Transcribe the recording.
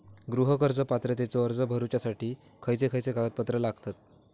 गृह कर्ज पात्रतेचो अर्ज भरुच्यासाठी खयचे खयचे कागदपत्र लागतत?